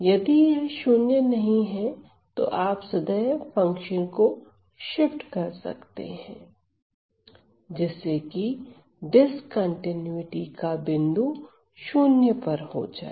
यदि यह 0 नहीं है तो आप सदैव फंक्शन को शिफ्ट कर सकते हैं जिससे कि डिस्कंटीन्यूटी का बिंदु 0 पर हो जाए